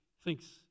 thinks